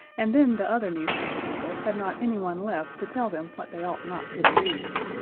and then the other newspaper people had not anyone left to tell them what they ought not to believe.